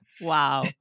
Wow